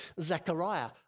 Zechariah